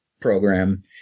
program